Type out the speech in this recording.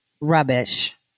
rubbish